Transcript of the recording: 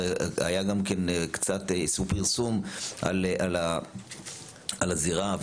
עשו פרסום על הזירה,